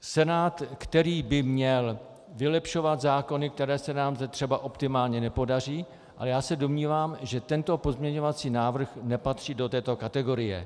Senát, který by měl vylepšovat zákony, které se nám zde třeba optimálně nepodaří, ale já se domnívám, že tento pozměňovací návrh nepatří do této kategorie.